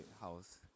house